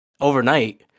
overnight